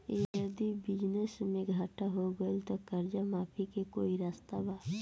यदि बिजनेस मे घाटा हो गएल त कर्जा माफी के कोई रास्ता बा?